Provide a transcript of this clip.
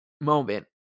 moment